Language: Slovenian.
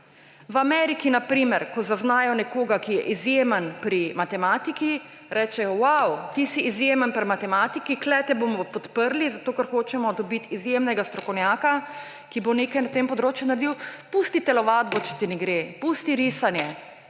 primer, ko zaznajo nekoga, ki je izjemen pri matematiki, rečejo: »Vav, ti si izjemen pri matematiki, tukaj te bomo podprli zato, ker hočemo dobiti izjemnega strokovnjaka, ki bo nekaj na tem področju naredil. Pusti telovadbo, če ti ne gre, pusti risanje,